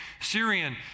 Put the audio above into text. Syrian